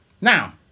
Now